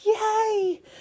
yay